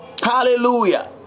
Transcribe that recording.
Hallelujah